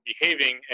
behaving